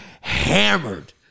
hammered